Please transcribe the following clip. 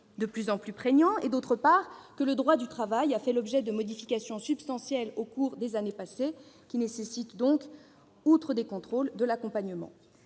de plus en plus prégnants et que, d'autre part, le droit du travail a fait l'objet de modifications substantielles au cours des années passées qui nécessitent contrôles et accompagnement.